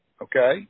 Okay